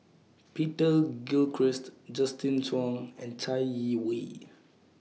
Peter Gilchrist Justin Zhuang and Chai Yee Wei